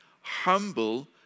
humble